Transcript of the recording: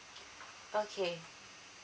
okay